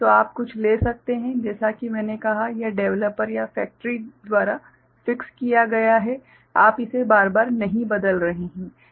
तो आप कुछ ले सकते हैं जैसा कि मैंने कहा यह डेवलपर या फ़ैक्टरी द्वारा फ़िक्स्ड किया गया है आप इसे बार बार नहीं बदल रहे हैं